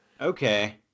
Okay